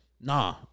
Nah